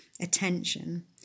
attention